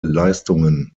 leistungen